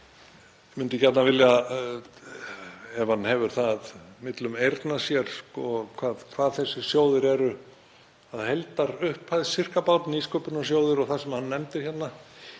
Ég myndi gjarnan vilja vita, ef hann hefur það millum eyrna sér, hvað þessir sjóðir eru að heildarupphæð, sirkabát, Nýsköpunarsjóður og það sem hann nefndi hérna,